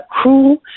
cruel